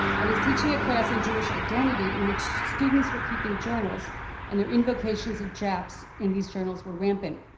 i was teaching a class in jewish identity in which students were keeping journals and their invocations of japs in these journals were rampant,